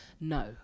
No